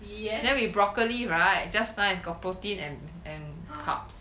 yes